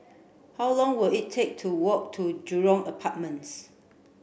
how long will it take to walk to Jurong Apartments